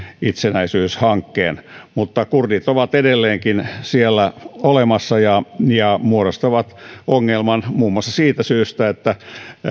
itsenäisyyshankkeen mutta kurdit ovat edelleenkin siellä olemassa ja ja muodostavat ongelman muun muassa siitä syystä että